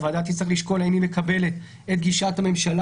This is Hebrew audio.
הוועדה תצטרך לשקול אם היא מקבלת את גישת הממשלה